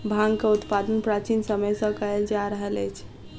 भांगक उत्पादन प्राचीन समय सॅ कयल जा रहल अछि